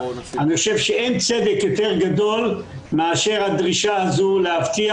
אני חושב שאין צדק יותר גדול מאשר הדרישה הזו להבטיח